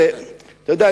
אתה יודע,